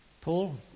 Paul